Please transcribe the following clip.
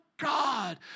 God